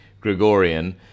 Gregorian